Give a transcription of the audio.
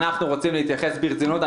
אנחנו רוצים להתייחס ברצינות.